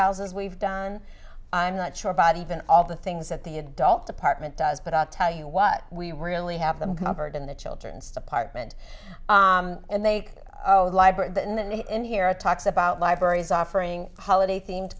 houses we've done i'm not sure about even all the things that the adult department does but i'll tell you what we really have them covered in the children's department and they library in here talks about libraries offering holiday themed